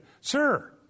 sir